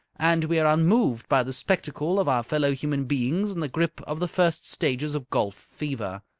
and we are unmoved by the spectacle of our fellow human beings in the grip of the first stages of golf fever.